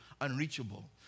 unreachable